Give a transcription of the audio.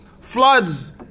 floods